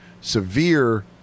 severe